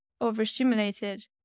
overstimulated